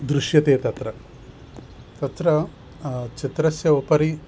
दृश्यते तत्र तत्र चित्रस्य उपरि